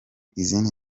izindi